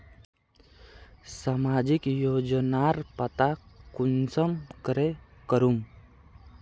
सामाजिक योजनार पता कुंसम करे करूम?